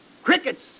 Crickets